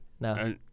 No